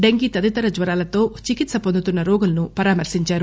dengue తదితర జ్వరాలతో చికిత్స పొందుతున్న రోగులను పరామర్పించారు